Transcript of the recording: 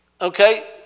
Okay